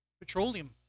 petroleum